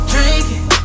Drinking